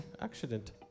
Accident